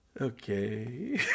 okay